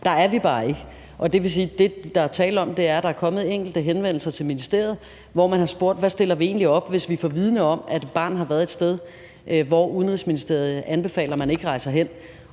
der er tale om, er, at der er kommet enkelte henvendelser til ministeriet, hvor man har spurgt: Hvad stiller vi egentlig op, hvis vi bliver vidende om, at et barn har været et sted, hvor Udenrigsministeriet anbefaler man ikke rejser hen?